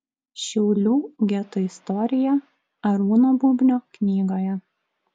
šiaulių geto istorija arūno bubnio knygoje